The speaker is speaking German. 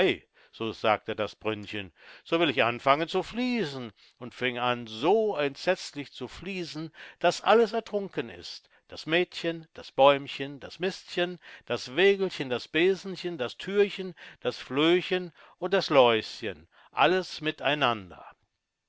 ei sagte das brünnchen so will ich anfangen zu fließen und fing so entsetzlich an zu fließen daß alles ertrunken ist das mädchen das bäumchen das mistchen das wägelchen das besenchen das thürchen das flöhchen und das läuschen alles miteinander